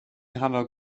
nghanol